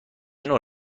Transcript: نوع